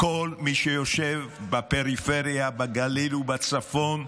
כל מי שיושב בפריפריה בגליל ובצפון,